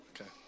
Okay